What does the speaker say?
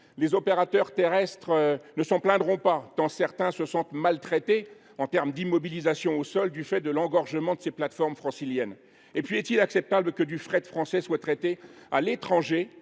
Les opérateurs terrestres ne s’en plaindront pas, tant certains se sentent « maltraités », en termes d’immobilisation au sol du fait de l’engorgement des plateformes franciliennes. En outre, est il acceptable que du fret français soit traité à l’étranger